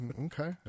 Okay